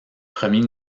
premier